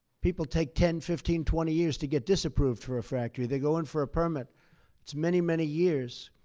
people take ten, fifteen, twenty years to get disapproved for a factory. they go in for a permit it's many, many years.